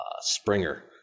Springer